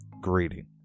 greeting